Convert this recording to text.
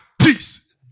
peace